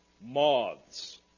moths